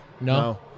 No